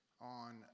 on